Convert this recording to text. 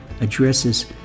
addresses